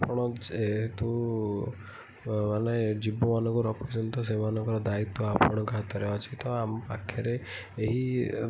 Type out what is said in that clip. ଆପଣ ଯେହେତୁ ମାନେ ଜୀବମାନଙ୍କୁ ରଖୁଛନ୍ତି ତ ସେମାନଙ୍କର ଦାୟିତ୍ୱ ଆପଣଙ୍କ ହାତରେ ଅଛି ତ ଆମ ପାଖରେ ଏହି